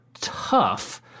tough